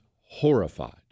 horrified